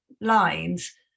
lines